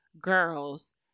girls